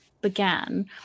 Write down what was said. began